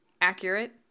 accurate